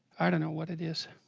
i? don't know what it is